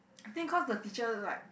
I think cause the teacher like